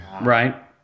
right